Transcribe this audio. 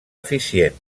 eficient